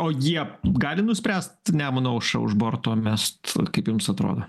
o jie gali nuspręst nemuno aušrą už borto mest kaip jums atrodo